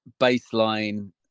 baseline